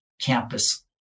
campus